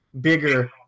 bigger